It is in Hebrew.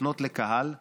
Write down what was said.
לפנות לקהל שמאל.